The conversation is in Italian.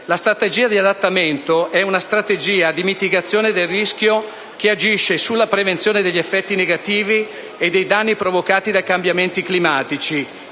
La strategia di adattamento è una strategia di mitigazione del rischio che agisce sulla prevenzione degli effetti negativi e dei danni provocati dai cambiamenti climatici,